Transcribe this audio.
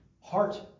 heart